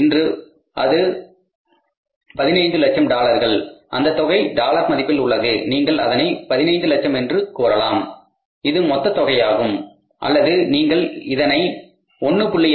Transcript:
இங்கு அது 1500000 டாலர்கள் அந்த தொகை டாலர் மதிப்பில் உள்ளது நீங்கள் அதனை 15 லட்சம் என்று கூறலாம் இது மொத்த தொகையாகும் அல்லது நீங்கள் இதனை 1